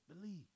believe